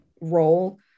role